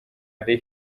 ari